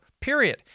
period